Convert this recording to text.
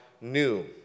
new